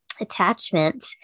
attachment